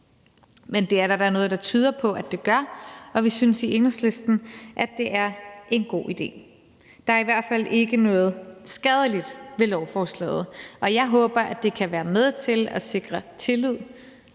men det er der da noget der tyder på det gør, og vi synes i Enhedslisten, at det er en god idé. Der er i hvert fald ikke noget skadeligt ved lovforslaget, og jeg håber, at det kan være med til at sikre tillid